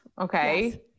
okay